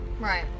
right